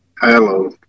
Hello